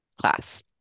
class